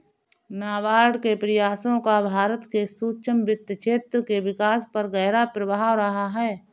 नाबार्ड के प्रयासों का भारत के सूक्ष्म वित्त क्षेत्र के विकास पर गहरा प्रभाव रहा है